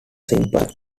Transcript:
simple